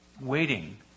waiting